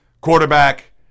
quarterback